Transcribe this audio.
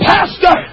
Pastor